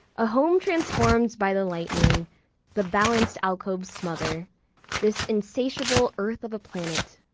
a home transformed by the lightning the balanced alcoves smother this insatiable earth of a planet,